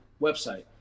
website